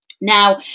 Now